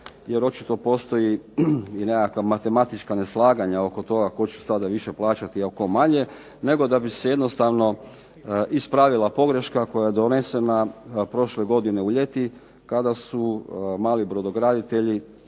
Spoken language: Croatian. jer očito postoji nekakva matematička neslaganja tko će sada više plaćati a tko manje, nego da bi se jednostavno ispravila pogreška koja je donesena prošle godine u ljeti, kada su mali brodograditelji